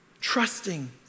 Trusting